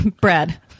Brad